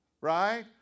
Right